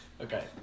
Okay